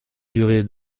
durée